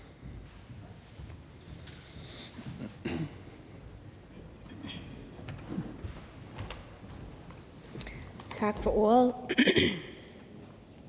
Tak for det.